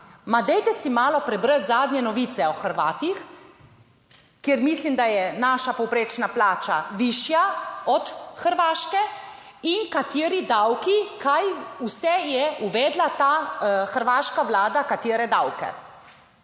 dajte si malo prebrati zadnje novice o Hrvatih, ker mislim, da je naša povprečna plača višja od hrvaške in kateri davki, kaj vse je uvedla ta hrvaška vlada, katere davke